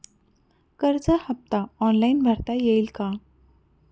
कर्ज हफ्ता ऑनलाईन भरता येईल का?